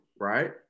right